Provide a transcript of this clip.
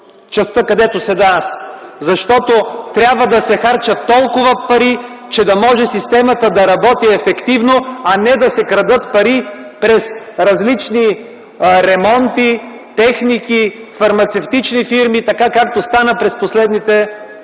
частта, където седя аз. Защото трябва да се харчат толкова пари, че да може системата да работи ефективно, а не да се крадат пари през различни ремонти, техники, фармацевтични фирми, както стана през последните